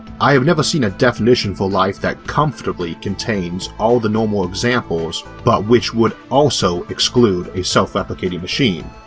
i have never seen a definition for life that comfortably contains all the normal examples but which would also exclude a self-replicating machine,